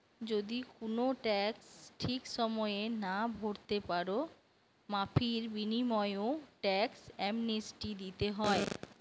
যদি কুনো ট্যাক্স ঠিক সময়ে না ভোরতে পারো, মাফীর বিনিময়ও ট্যাক্স অ্যামনেস্টি দিতে হয়